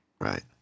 right